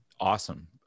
Awesome